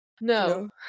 no